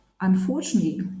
unfortunately